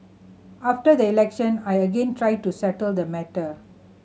after the election I again tried to settle the matter